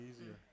easier